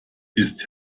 ist